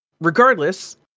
regardless